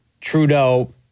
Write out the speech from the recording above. Trudeau